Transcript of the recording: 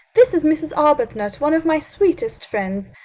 this is mrs. arbuthnot, one of my sweetest friends.